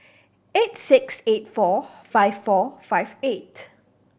eight six eight four five four five eight